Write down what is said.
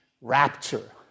rapture